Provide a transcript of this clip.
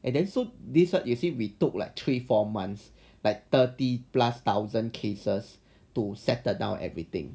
and then so this one is if we took like three four months like thirty plus thousand cases to settle down everything